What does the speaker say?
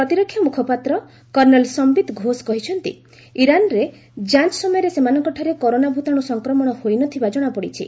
ପ୍ରତିରକ୍ଷା ମୁଖପାତ୍ର କର୍ଣ୍ଣେଲ ସମ୍ଭିତ ଘୋଷ କହିଛନ୍ତି ଇରାନ୍ରେ ଯାଞ୍ଚ ସମୟରେ ସେମାନଙ୍କଠାରେ କରୋନା ଭୂତାଣୁ ସଂକ୍ରମଣ ହୋଇନଥିବା ଜଣାପଡିଛି